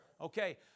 Okay